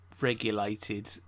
regulated